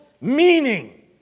meaning